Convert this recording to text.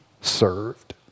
served